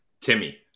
Timmy